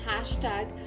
hashtag